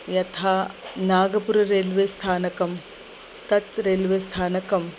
यथा नागपुर रेल्वे स्थानकं तत् रेल्वे स्थानकं